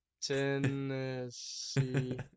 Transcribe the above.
Tennessee